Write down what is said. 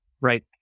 Right